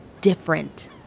different